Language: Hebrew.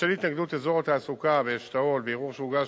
בשל התנגדות אזור התעסוקה באשתאול וערעור שהוגש,